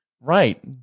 Right